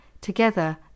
Together